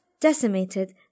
decimated